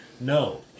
No